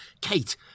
Kate